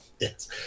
Yes